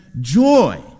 joy